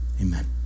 Amen